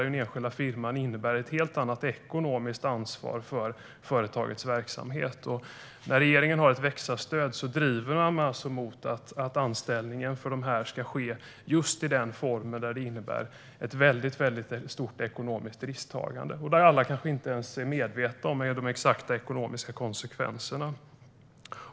Den enskilda firman innebär ett helt annat ekonomiskt ansvar för företagets verksamhet. Med sitt växa-stöd driver regeringen mot att anställning ska ske i just den form som innebär ett stort ekonomiskt risktagande, och alla är kanske inte ens medvetna om de exakta ekonomiska konsekvenserna.